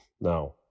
Now